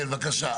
כן, בבקשה.